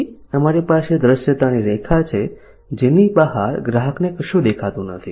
પછી અમારી પાસે દૃશ્યતાની રેખા છે જેની બહાર ગ્રાહકને કશું દેખાતું નથી